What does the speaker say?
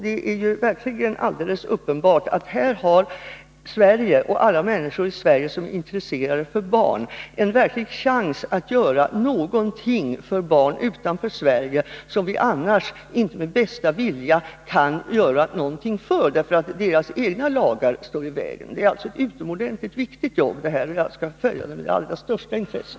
Det är alldeles uppenbart att Sverige, och alla människor i Sverige som är intresserade av barn, här har en verklig chans att göra något för barn utanför Sverige, som vi annars inte med bästa vilja kan göra något för — därför att de andra ländernas egna lagar står i vägen. Det här är alltså ett utomordentligt viktigt jobb, och jag skall följa det med det allra största intresse.